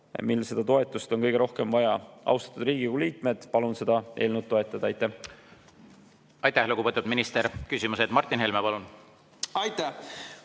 mil seda toetust on kõige rohkem vaja. Austatud Riigikogu liikmed, palun seda eelnõu toetada. Aitäh! Aitäh, lugupeetud minister! Küsimused. Martin Helme, palun! Aitäh,